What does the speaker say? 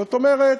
זאת אומרת,